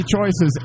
choices